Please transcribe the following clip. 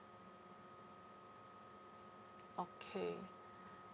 okay